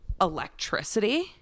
electricity